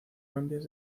cambios